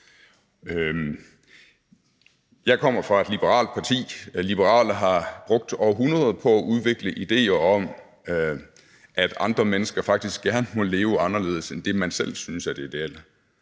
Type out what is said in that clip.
Jeg kommer fra et liberalt parti, og liberale har brugt århundreder på at udvikle idéer om, at andre mennesker faktisk gerne må leve anderledes end det, man selv synes er det ideelle.